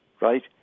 right